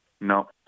No